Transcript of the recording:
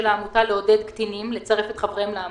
העמותה לעודד קטינים לצרף את חבריהם לעמותה.